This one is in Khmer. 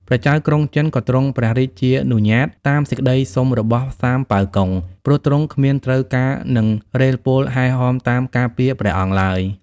ព្រះចៅក្រុងចិនក៏ទ្រង់ព្រះរាជានុញ្ញាតតាមសេចក្ដីសុំរបស់ សាមប៉ាវកុង ព្រោះទ្រង់គ្មានត្រូវការនឹងរេហ៍ពលហែហមតាមការពារព្រះអង្គឡើយ ។